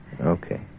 Okay